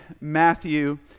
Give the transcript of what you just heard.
Matthew